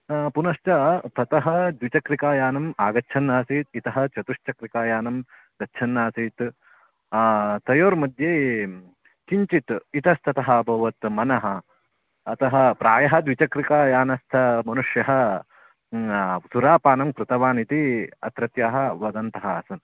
पुनश्च ततः द्विचक्रिकायानम् आगच्छन्नासीत् इतः चतुष्चक्रिकायानं गच्छन्नासीत् तयोर्मध्ये किञ्चित् इतस्ततः अभवत् मनः अतः प्रायः द्विचक्रिकायानस्थमनुष्यः सुरापानं कृतवानिति अत्रत्याः वदन्तः आसन्